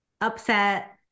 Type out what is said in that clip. upset